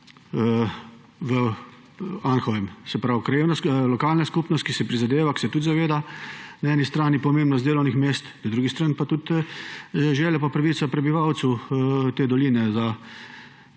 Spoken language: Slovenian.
v Anhovem, se pravi lokalna skupnost, ki se prizadeva, ki se tudi zaveda na eni strani pomembnosti delovnih mest, na drugi strani pa tudi želje in pravice prebivalcev te doline po